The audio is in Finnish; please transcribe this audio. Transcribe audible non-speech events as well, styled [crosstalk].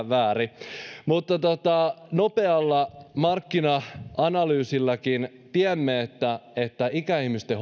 [unintelligible] väärin nopealla markkina analyysilläkin tiedämme että että ikäihmisten [unintelligible]